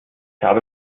habe